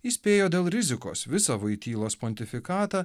įspėjo dėl rizikos visą voitylos pontifikatą